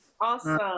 Awesome